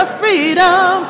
freedom